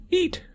eat